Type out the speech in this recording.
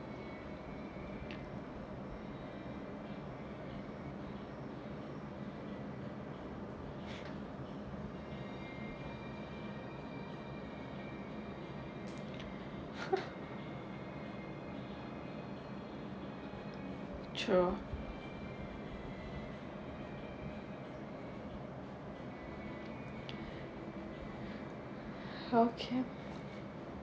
true okay